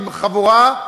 עם חבורה,